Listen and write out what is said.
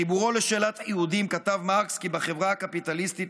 בחיבורו "לשאלת היהודים" כתב מרקס כי בחברה הקפיטליסטית